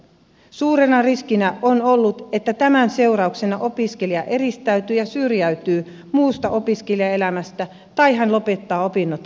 suurena riskinä on ollut että tämän seurauksena opiskelija eristäytyy ja syrjäytyy muusta opiskelijaelämästä tai hän lopettaa opinnot kokonaan kesken